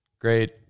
Great